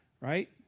right